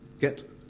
get